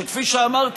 שכפי שאמרתי,